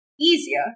easier